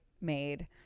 made